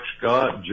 Scott